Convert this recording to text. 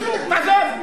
בסדר, תעזוב.